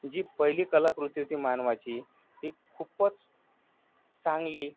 जी पहिली कलाकृती होती मानवाची ती खूपच चांगली